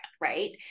right